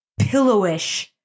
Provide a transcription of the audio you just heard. pillowish